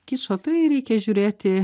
kičo tai reikia žiūrėti